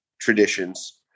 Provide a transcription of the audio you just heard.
traditions